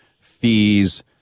fees